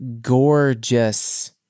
gorgeous